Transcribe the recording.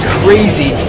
crazy